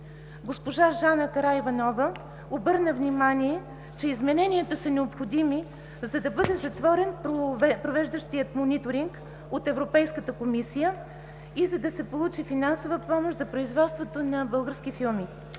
Госпожа Жана Караиванова обърна внимание, че измененията са необходими, за да бъде затворен провежданият мониторинг от Европейската комисия и за да се получи финансова помощ за производството на български филми.